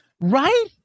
right